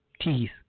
teeth